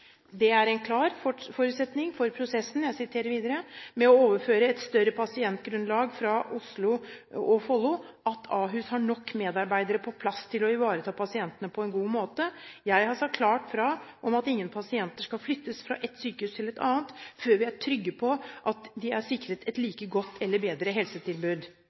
«Det er en klar forutsetning for prosessen med å overføre et større pasientgrunnlag fra Oslo og Follo at Ahus har nok medarbeidere på plass til å ivareta pasientene på en god måte. Jeg har sagt klart fra om at ingen pasienter skal flyttes fra et sykehus til et annet før vi er trygge på at de er sikret et like godt eller bedre